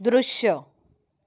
दृश्य